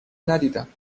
ندیدم